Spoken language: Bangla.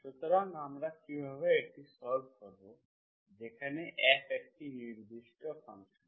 সুতরাং আমরা কীভাবে এটি সল্ভ করব যেখানে f একটি নির্দিষ্ট ফাংশন